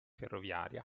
ferroviaria